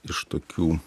iš tokių